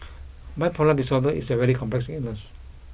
bipolar disorder is a very complex illness